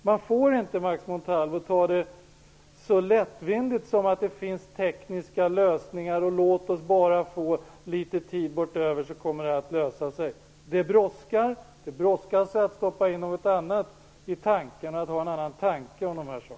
Man får inte, Max Montalvo, ta det så lättvindigt som att säga att det finns tekniska lösningar och att det kommer att lösa sig om vi bara får litet tid på oss. Det brådskar med att stoppa i någonting annat i tankarna och med att ha en annan tanke om de här sakerna.